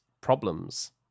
problems